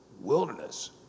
Wilderness